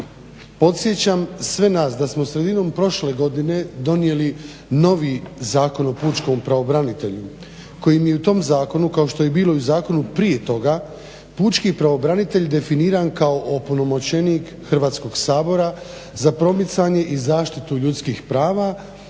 Podsjećam sve nas da smo sredinom prošle godine donijeli novi Zakon o pučkom pravobranitelju koji je u tom zakonu kao što je bilo i u zakonu prije toga pučki branitelj definiran kao opunomoćenik Hrvatskog sabora za promicanje i zaštitu ljudskih prava